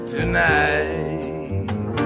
Tonight